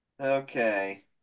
Okay